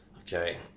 okay